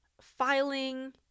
filing